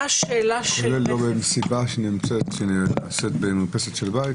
כולל במסיבה שנעשית במרפסת של בית?